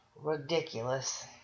ridiculous